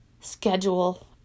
schedule